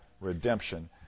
redemption